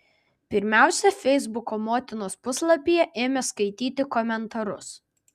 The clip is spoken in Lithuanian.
pirmiausia feisbuko motinos puslapyje ėmė skaityti komentarus